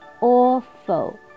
Awful